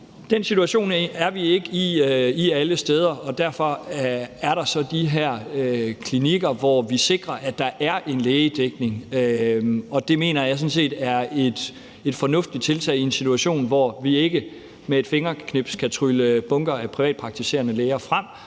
Den situation er vi ikke i alle steder, og derfor er der så de her klinikker, hvor vi sikrer, at der er en lægedækning. Og det mener jeg sådan set er et fornuftigt tiltag i en situation, hvor vi ikke med et fingerknips kan trylle bunker af privatpraktiserende læger frem.